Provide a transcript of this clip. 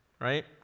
right